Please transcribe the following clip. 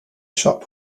shop